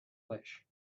flesh